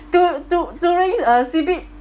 to to during uh C_B